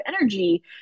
energy